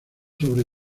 sobre